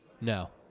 No